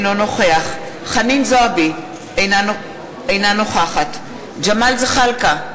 אינו נוכח חנין זועבי, אינה נוכחת ג'מאל זחאלקה,